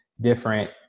different